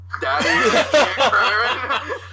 daddy